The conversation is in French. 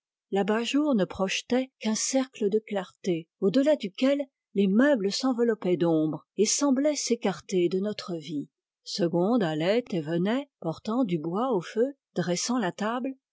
l'abat-jour ne projetait qu'un cercle de clarté au delà duquel les meubles s'enveloppaient d'ombre et semblaient s'écarter de notre vie segonde allait et venait portant du bois au feu dressant la table